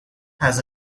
has